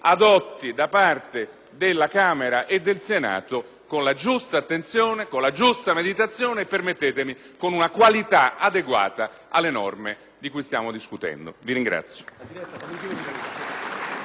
della Camera e del Senato con la giusta attenzione, meditazione e - permettetemi - con una qualità adeguata alle norme di cui stiamo discutendo. *(Applausi